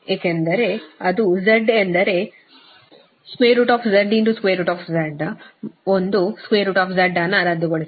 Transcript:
ಏಕೆಂದರೆ ಅದು z ಎಂದರೆ z z ಒಂದು z ಅನ್ನು ರದ್ದುಗೊಳಿಸುತ್ತೇವೆ